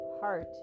heart